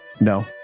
no